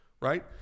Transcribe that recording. right